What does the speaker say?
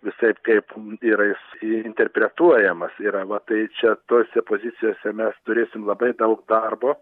visaip kaip yra jis interpretuojamas yra va tai čia tose pozicijose mes turėsim labai daug darbo